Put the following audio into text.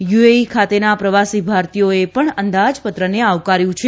UAE ખાતેના પ્રવાસી ભારતીયોએ પણ અંદાજપત્રને આવકાર્યુ છે